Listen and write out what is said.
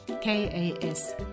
K-A-S